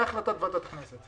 לפני החלטת ועדת הכנסת.